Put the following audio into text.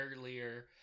earlier